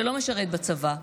שלא משרת בצבא,